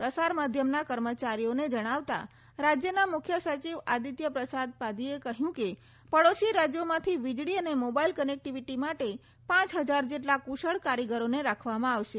પ્રસાર માધ્યમના કર્મચારીઓને જજ્ઞાવતાં રાજ્યના મુખ્ય સચિવ આદિત્ય પ્રસાદ પાધીએ કહ્યું કે પડોશી રાજ્યોમાંથી વીજળી અને મોબાઇલ કનેક્ટીવીટી માટે પાંચ હજાર જેટલા કુશળ કારીગરોને રાખવામાં આવશે